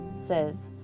says